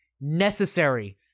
necessary